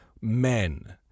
men